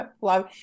love